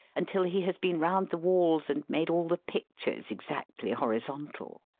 until he has been round the walls and made all the pic tures exactly horizontal.